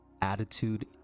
attitude